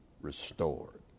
restored